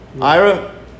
Ira